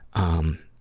um,